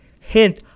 Hint